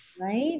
right